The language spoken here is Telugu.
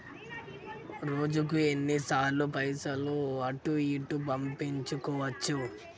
రోజుకు ఎన్ని సార్లు పైసలు అటూ ఇటూ పంపించుకోవచ్చు?